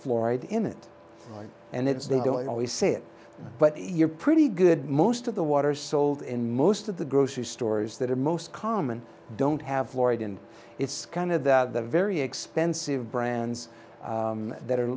fluoride in it and it's they don't always say it but you're pretty good most of the water sold in most of the grocery stores that are most common don't have florida in its kind of the very expensive brands that are